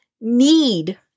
need